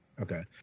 Okay